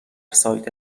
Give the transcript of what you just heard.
سایت